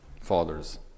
fathers